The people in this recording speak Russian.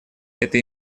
это